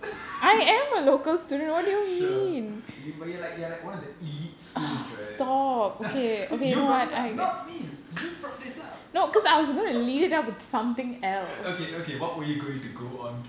sure you but you're like you are like one of the elite schools right you brought it up not me you brought this up okay okay what were you going to go on to